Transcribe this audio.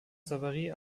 savary